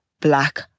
black